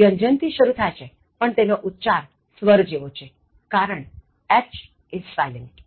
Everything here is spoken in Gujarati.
વ્યંજન થી શરૂ થાય છે પણ તેનો ઉચ્ચાર સ્વર જેવો છે કારણ h is silent